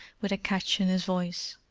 with a catch in his voice.